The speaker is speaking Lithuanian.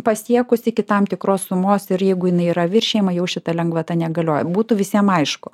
pasiekus iki tam tikros sumos ir jeigu jinai yra viršijama jau šita lengvata negalioja būtų visiem aišku